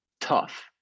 tough